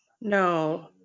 No